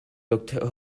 looked